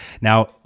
Now